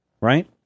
Right